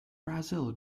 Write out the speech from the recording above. brazil